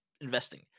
investing